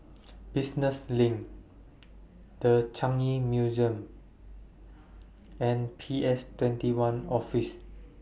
Business LINK The Changi Museum and P S twenty one Office